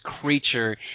creature